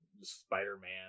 Spider-Man